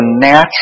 natural